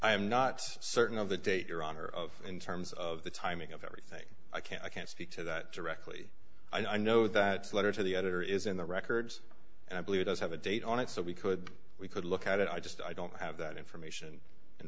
i am not certain of the date or honor of in terms of the timing of everything i can i can't speak to that directly i know that letter to the editor is in the records and i believe it does have a date on it so we could we could look at it i just i don't have that information in